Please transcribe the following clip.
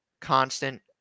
constant